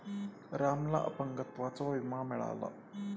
रामला अपंगत्वाचा विमा मिळाला